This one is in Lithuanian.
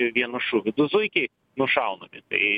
vienu šūviu du zuikiai nušaunami tai